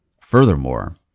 Furthermore